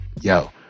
Yo